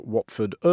Watford